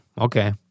okay